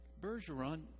Bergeron